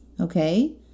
okay